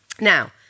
now